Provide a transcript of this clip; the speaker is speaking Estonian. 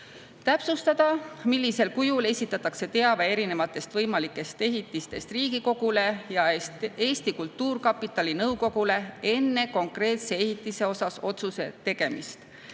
täpsustada, millisel kujul esitatakse teave erinevatest võimalikest ehitistest Riigikogule ja Eesti Kultuurkapitali nõukogule enne konkreetse ehitise osas otsuse tegemist,